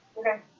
Okay